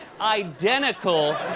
identical